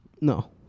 No